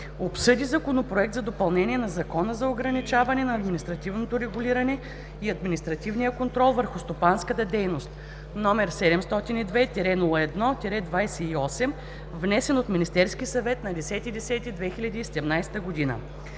обсъди Законопроект за допълнение на Закона за ограничаване на административното регулиране и административния контрол върху стопанската дейност, № 702-01-28, внесен от Министерския съвет на 10 октомври